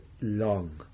long